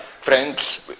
friends